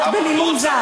תחדש.